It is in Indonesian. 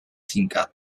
singkat